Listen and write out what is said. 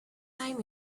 time